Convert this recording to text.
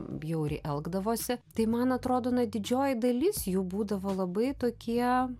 bjauriai elgdavosi tai man atrodo na didžioji dalis jų būdavo labai tokie